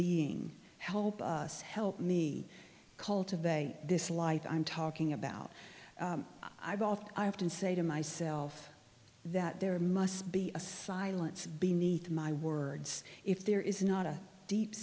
being help us help me cultivate this life i'm talking about i often i often say to myself that there must be a silence beneath my words if there is not a deep